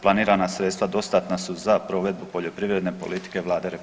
Planirana sredstva dostatna su za provedbu poljoprivredne politike Vlade RH.